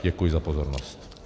Děkuji za pozornost.